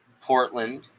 Portland